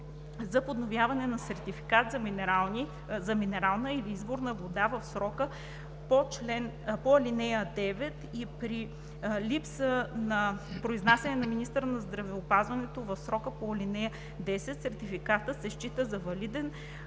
за подновяване на сертификат за минерална или изворна вода в срока по ал. 9 и при липса на произнасяне на министъра на здравеопазването в срока по ал. 10, сертификатът се счита за валиден